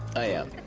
i am.